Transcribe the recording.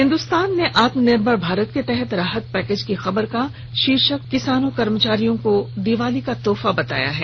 हिन्दुस्तान ने आत्मनिर्भर भारत के तहत राहत पैकेज की खबर का शीर्षक किसानों कर्मचारियों को दिवाली को तोहफा दिया है